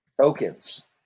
tokens